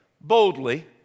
boldly